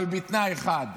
אבל בתנאי אחד,